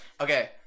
okay